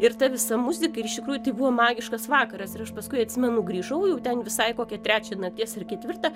ir visa muzika ir iš tikrųjų buvo magiškas vakaras ir aš paskui atsimenu grįžau jau ten visai kokią trečią nakties ar ketvirtą